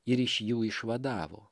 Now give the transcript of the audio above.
ir iš jų išvadavo